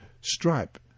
stripe